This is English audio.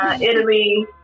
Italy